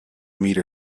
meter